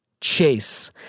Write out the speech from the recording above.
Chase